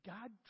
God